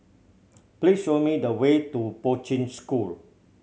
please show me the way to Poi Ching School